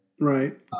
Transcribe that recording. Right